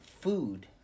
food